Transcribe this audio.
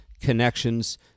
connections